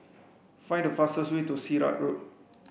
find the fastest way to Sirat Road